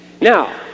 Now